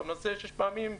אתה מנסה שש פעמים,